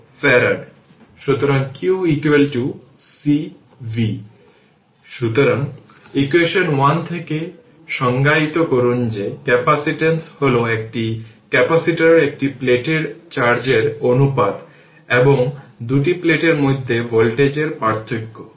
যদি সুইচটি দীর্ঘ সময়ের জন্য ক্লোজ থাকে তবে জেনে রাখুন যে ডিসি সাপ্লাই এর জন্য ক্যাপাসিটরটি একটি ওপেন সার্কিটের মতো হবে